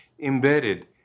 embedded